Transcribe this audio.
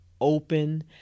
open